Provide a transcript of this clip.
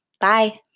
Bye